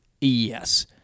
yes